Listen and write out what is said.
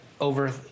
over